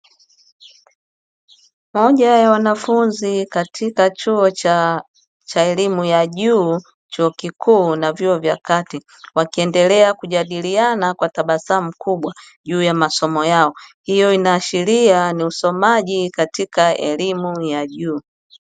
Moja ya wanafunzi katika chuo cha elimu ya juu chuo kikuu na vyuo vya kati wakiendelea kujadiliana kwa tabasamu kubwa juu ya masomo yao, hiyo inaashiria ni usomaji katika elimu ya juu.